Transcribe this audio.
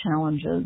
challenges